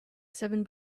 seven